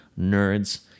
nerds